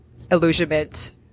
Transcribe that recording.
illusionment